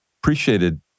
appreciated